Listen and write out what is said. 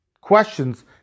questions